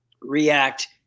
react